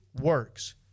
works